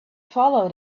follow